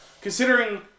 considering